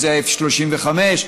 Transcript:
זה ה-F-35,